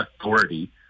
authority